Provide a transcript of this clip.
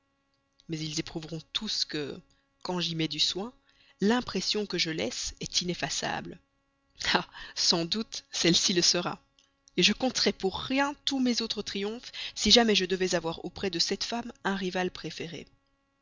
mais ils éprouveront tous que quand j'y mets du soin l'impression que je laisse est ineffaçable ah sans doute celle-ci le sera je compterais pour rien tous mes autres triomphes si jamais je devais avoir auprès de cette femme un rival préféré